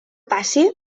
passi